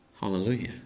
Hallelujah